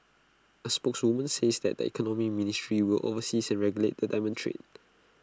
A spokeswoman says that the economy ministry will oversees and regulate the diamond trade